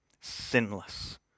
sinless